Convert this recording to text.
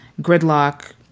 gridlock